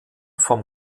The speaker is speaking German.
vom